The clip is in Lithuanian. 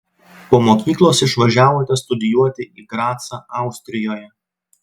po mokyklos išvažiavote studijuoti į gracą austrijoje